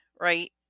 right